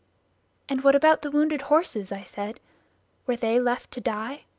and what about the wounded horses? i said were they left to die?